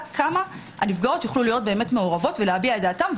כמה הנפגעות יוכלו להיות באמת מעורבות ולהביע את דעתן,